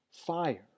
fire